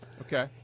Okay